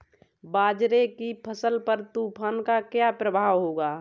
बाजरे की फसल पर तूफान का क्या प्रभाव होगा?